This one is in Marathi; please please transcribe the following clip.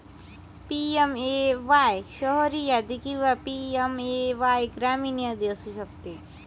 पी.एम.ए.वाय शहरी यादी किंवा पी.एम.ए.वाय ग्रामीण यादी असू शकते